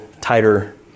tighter